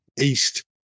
east